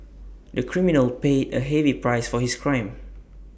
the criminal paid A heavy price for his crime